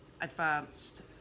advanced